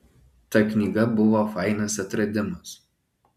ta knyga buvo fainas atradimas